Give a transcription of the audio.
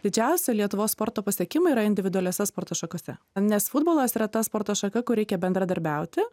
didžiausia lietuvos sporto pasiekimai yra individualiose sporto šakose nes futbolas yra ta sporto šaka kur reikia bendradarbiauti